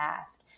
ask